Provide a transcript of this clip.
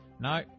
No